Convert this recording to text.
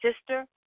sister